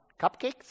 Cupcakes